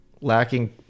lacking